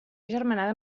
agermanada